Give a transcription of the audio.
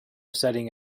setting